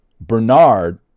Bernard